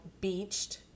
beached